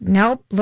nope